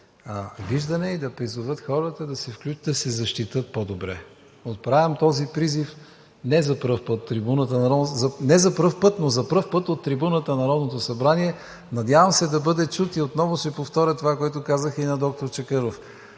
виждане и да призоват хората да се защитят по-добре. Отправям този призив не за първи път, но за първи път от трибуната на Народното събрание. Надявам се да бъда чут и отново ще повторя това, което казах и на доктор Чакъров: